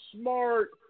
smart